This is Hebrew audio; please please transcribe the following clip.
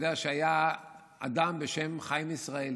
יודע שהיה אדם בשם חיים ישראלי.